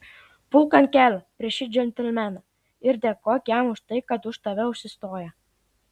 pulk ant kelių prieš šį džentelmeną ir dėkok jam už tai kad už tave užsistoja